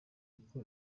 uko